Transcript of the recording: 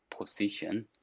position